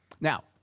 Now